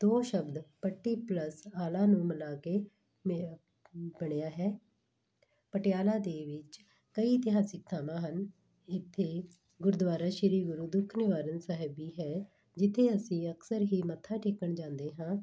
ਦੋ ਸ਼ਬਦ ਪੱਟੀ ਪਲੱਸ ਆਲਾ ਨੂੰ ਮਿਲਾ ਕੇ ਮੇਲ ਬਣਿਆ ਹੈ ਪਟਿਆਲਾ ਦੇ ਵਿੱਚ ਕਈ ਇਤਿਹਾਸਕ ਥਾਂਵਾਂ ਹਨ ਇੱਥੇ ਗੁਰਦੁਆਰਾ ਸ਼੍ਰੀ ਗੁਰੂ ਦੁੱਖ ਨਿਵਾਰਨ ਸਾਹਿਬ ਵੀ ਹੈ ਜਿੱਥੇ ਅਸੀਂ ਅਕਸਰ ਹੀ ਮੱਥਾ ਟੇਕਣ ਜਾਂਦੇ ਹਾਂ